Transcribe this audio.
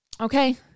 Okay